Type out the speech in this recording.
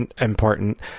important